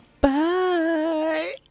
Bye